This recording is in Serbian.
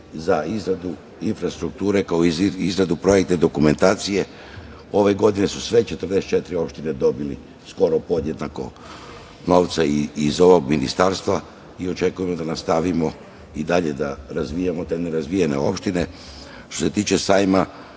za izradu infrastrukture kao i za izradu projekte dokumentacije. Ove godine su sve 44 opštine dobili skoro podjednako novca iz ovog ministarstva i očekujemo da nastavimo i dalje da razvijamo te nerazvijene opštine. Što se tiče sajma,